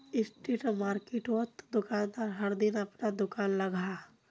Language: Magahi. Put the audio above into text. स्ट्रीट मार्किटोत दुकानदार हर दिन अपना दूकान लगाहा